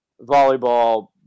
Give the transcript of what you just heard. volleyball